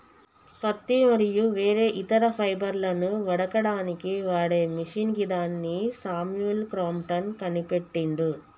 పత్తి మరియు వేరే ఇతర ఫైబర్లను వడకడానికి వాడే మిషిన్ గిదాన్ని శామ్యుల్ క్రాంప్టన్ కనిపెట్టిండు